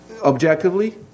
objectively